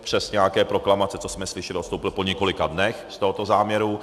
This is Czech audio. Přes nějaké proklamace, co jsme slyšeli, odstoupil po několika dnech z tohoto záměru.